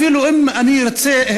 אפילו אם אני ארצה,